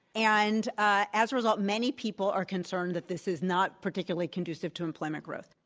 and ah as a result, many people are concerned that this is not particularly conducive to employment growth.